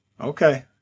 Okay